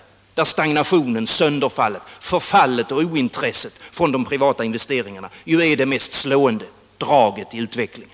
Här är ju stagnationen, sönderfallet, förfallet och ointresset när det gäller det privata kapitalet det mest slående draget i utvecklingen.